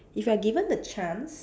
if you are given the chance